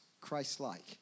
Christ-like